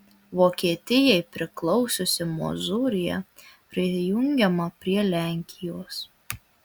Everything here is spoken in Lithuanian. vokietijai priklausiusi mozūrija prijungiama prie lenkijos